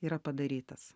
yra padarytas